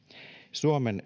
suomen